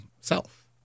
self